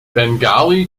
bengali